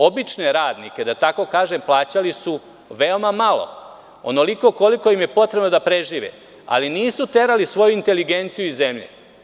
Obične radnike da tako kažem, plaćali su veoma malo, onoliko koliko im je potrebno da prežive, ali nisu terali svoju inteligenciju iz zemlje.